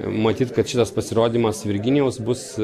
matyt kad šitas pasirodymas virginijaus bus